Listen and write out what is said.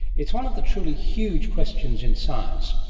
it's one of the truly huge questions in science.